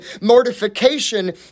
mortification